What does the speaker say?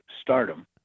stardom